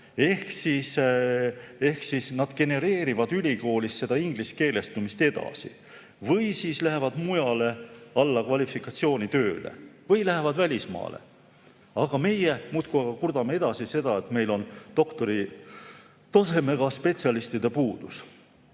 ehk nad genereerivad ülikoolis ingliskeelestumist edasi või lähevad mujale alla kvalifikatsiooni tööle või lähevad välismaale. Aga meie kurdame edasi, et meil on doktoritasemega spetsialistide puudus.